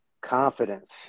Confidence